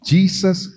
Jesus